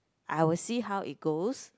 I will see how it goes